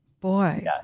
Boy